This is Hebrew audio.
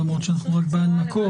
למרות שאנחנו רק בהנמקות.